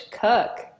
Cook